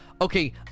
okay